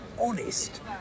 honest